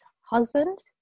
husband